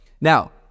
Now